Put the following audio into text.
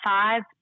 five